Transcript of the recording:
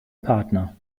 partner